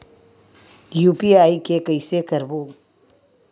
UPI के कइसे करबो?